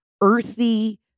earthy